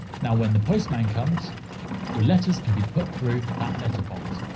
now when the postman comes your letters can be put through that letterbox.